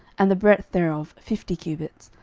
and the breadth thereof fifty cubits,